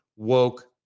woke